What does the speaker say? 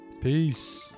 Peace